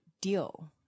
deal